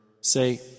Say